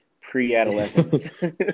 pre-adolescence